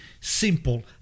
simple